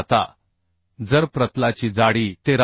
आता जर प्रतलाची जाडी 13